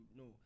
no